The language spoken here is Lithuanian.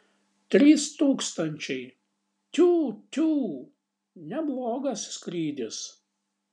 trys tūkstančiai tiū tiū neblogas skrydis